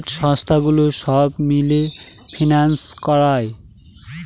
private সংস্থাগুলো সব মিলে ফিন্যান্স করায়